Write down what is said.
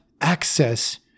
access